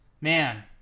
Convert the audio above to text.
Man